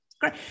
great